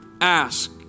ask